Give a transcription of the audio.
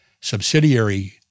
subsidiary